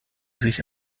sich